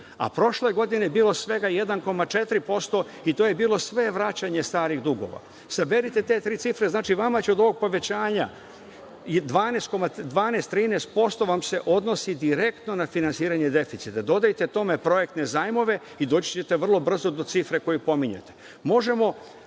Prošle godine je bilo svega 1,4% i to je bilo sve vraćanje starih dugova. Saberite te tri cifre, znači vama će od ovog povećanja, 12-13% vam se odnosi direktno na finansiranje deficita, dodajte tome projektne zajmove i doći ćete vrlo brzo do cifre koju pominjete. Stvarno